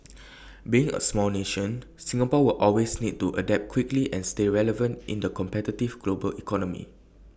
being A small nation Singapore will always need to adapt quickly and stay relevant in the competitive global economy